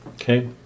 Okay